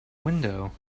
window